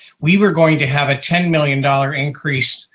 we were going to have a ten million dollars increase,